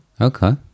Okay